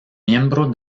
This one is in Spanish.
miembro